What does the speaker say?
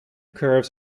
curves